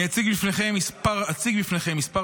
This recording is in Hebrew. אני אציג לפניכם מספר תוכניות